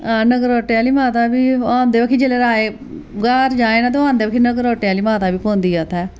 आं नगरोटे आह्ली माता बी औंदे बाकी जेल्लै आये ग्हार जाए ना ते औंदे बाकी नगरोटे आह्ली माता बी पौंदी ऐ उ'त्थें